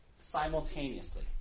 simultaneously